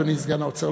אדוני סגן שר האוצר,